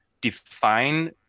define